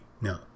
No